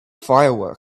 fireworks